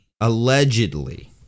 Allegedly